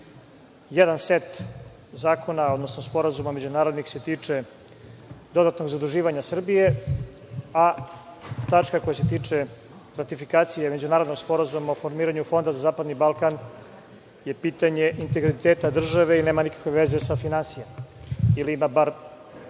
Jedan set zakona, odnosno sporazuma međunarodnih se tiče dodatnog zaduživanja Srbije, a tačka koja se tiče klasifikacije međunarodnog sporazuma o formiranju Fonda za zapadni Balkan je pitanje integriteta države i nema nikakve veze sa finansijama